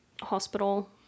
Hospital